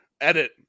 edit